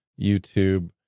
YouTube